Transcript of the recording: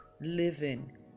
living